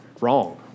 wrong